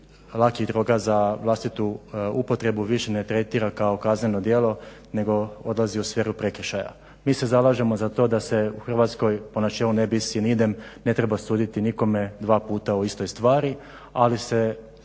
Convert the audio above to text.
lakih droga za vlastitu upotrebu više ne tretira kao kazneno djelo nego odlazi u sferu prekršaja. Mi se zalažemo za to da se u Hrvatskoj po načelu non bis in idem ne treba suditi nikome dva puta u istoj stvari, ali se